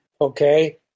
Okay